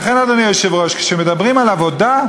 לכן, אדוני היושב-ראש, כשמדברים על עבודה,